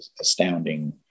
astounding